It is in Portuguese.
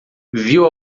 viu